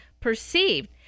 perceived